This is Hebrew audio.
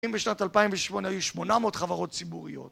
אם בשנת 2008 היו 800 חברות ציבוריות